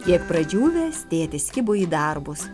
kiek pradžiūvęs tėtis kibo į darbus